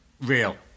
real